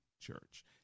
Church